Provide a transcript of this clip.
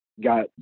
got